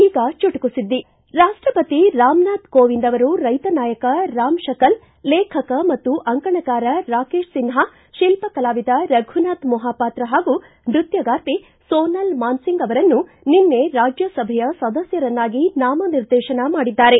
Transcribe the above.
ಈಗ ಚುಟುಕು ಸುದ್ದಿ ರಾಪ್ಟಪತಿ ರಾಮ್ನಾಥ್ ಕೋವಿಂದ್ ಅವರು ರೈತ ನಾಯಕ ರಾಮ್ ಶಕಲ್ ಲೇಖಕ ಮತ್ತು ಅಂಕಣಕಾರ ರಾಕೇಶ್ ಸಿನ್ಹಾ ಶಿಲ್ಪಕಲಾವಿದ ರಘುನಾಥ್ ಮೊಹಾಪಾತ್ರ ಹಾಗೂ ನೃತ್ಯಗಾರ್ತಿ ಸೊನಲ್ ಮಾನ್ ಸಿಂಗ್ ಅವರನ್ನು ನಿನ್ನೆ ರಾಜ್ಯಸಭೆಯ ಸದಸ್ವರನ್ನಾಗಿ ನಾಮನಿರ್ದೇಶನ ಮಾಡಿದ್ದಾರೆ